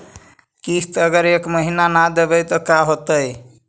किस्त अगर एक महीना न देबै त का होतै?